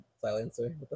silencer